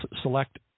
select